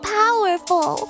powerful